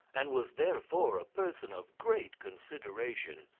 and was therefore a person of great consideration,